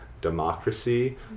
democracy